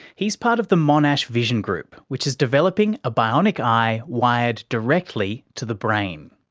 he's part of the monash vision group which is developing a bionic eye wired directly to the brain.